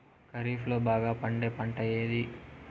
ఖరీఫ్ లో బాగా పండే పంట ఏది?